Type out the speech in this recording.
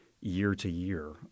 year-to-year